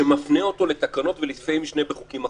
שמפנה אותו לתקנות ולסעיפי משנה בחוקים אחרים.